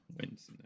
wins